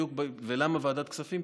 ולמה ועדת הכספים?